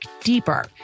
deeper